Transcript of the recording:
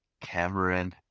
Cameron